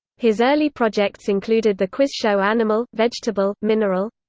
his early projects included the quiz show animal, vegetable, mineral?